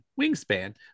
Wingspan